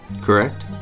correct